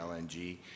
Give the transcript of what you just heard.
LNG